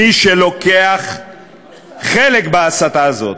מי שלוקח חלק בהסתה הזאת,